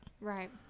Right